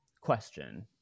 question